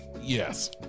yes